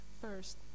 first